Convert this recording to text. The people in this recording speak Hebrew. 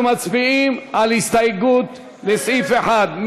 אנחנו מצביעים על הסתייגות לסעיף 1,